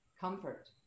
comfort